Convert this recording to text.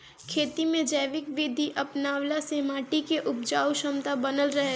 खेती में जैविक विधि अपनवला से माटी के उपजाऊ क्षमता बनल रहेला